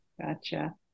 gotcha